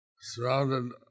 surrounded